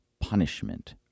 punishment